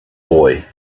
boy